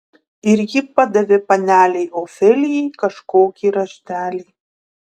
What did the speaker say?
ir ji padavė panelei ofelijai kažkokį raštelį